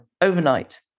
overnight